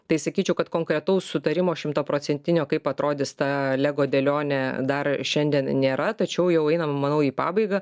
tai sakyčiau kad konkretaus sutarimo šimtaprocentinio kaip atrodys ta lego dėlionė dar šiandien nėra tačiau jau einam manau į pabaigą